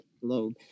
globe